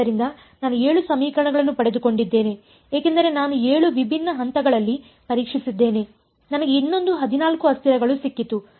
ಆದ್ದರಿಂದ ನಾನು 7 ಸಮೀಕರಣಗಳನ್ನು ಪಡೆದುಕೊಂಡಿದ್ದೇನೆ ಏಕೆಂದರೆ ನಾನು 7 ವಿಭಿನ್ನ ಹಂತಗಳಲ್ಲಿ ಪರೀಕ್ಷಿಸಿದ್ದೇನೆ ನನಗೆ ಇನ್ನೊಂದು 14 ಅಸ್ಥಿರಗಳು ಸಿಕ್ಕಿತು